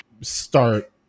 start